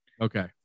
Okay